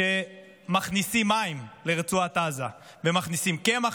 שמכניסים מים לרצועת עזה ומכניסים קמח